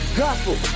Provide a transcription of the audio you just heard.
gospel